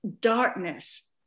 darkness